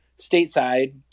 stateside